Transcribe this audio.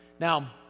Now